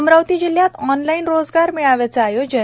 अमरावती जिल्ह्यात ऑनलाइन रोजगर मेळाव्याचे आयोजन